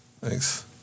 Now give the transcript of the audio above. Thanks